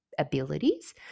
Abilities